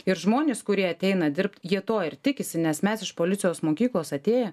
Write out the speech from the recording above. ir žmonės kurie ateina dirbt jie to ir tikisi nes mes iš policijos mokyklos atėję